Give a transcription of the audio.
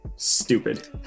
Stupid